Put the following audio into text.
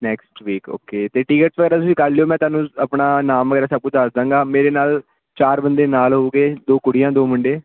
next week okay ਅਤੇ ticket ਵਗੈਰਾ ਤੁਸੀਂ ਕਰ ਲਿਓ ਮੈਂ ਤੁਹਾਨੂੰ ਆਪਣਾ ਨਾਮ ਵਗੈਰਾ ਸਭ ਕੁਛ ਦੱਸ ਦਵਾਂਗਾ ਮੇਰੇ ਨਾਲ ਚਾਰ ਬੰਦੇ ਨਾਲ ਹੋਊਗੇ ਦੋ ਕੁੜੀਆਂ ਦੋ ਮੁੰਡੇ